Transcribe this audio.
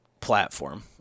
platform